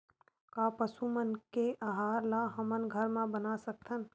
का पशु मन के आहार ला हमन घर मा बना सकथन?